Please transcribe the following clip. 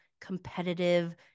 competitive